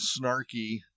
snarky